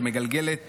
שמגלגלת